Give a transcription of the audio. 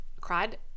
cried